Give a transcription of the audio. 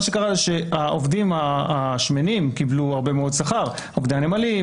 ומה שקרה הוא שהעובדים "השמנים" קיבלו הרבה מאוד שכר עובדי הנמלים,